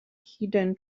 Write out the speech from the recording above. hidden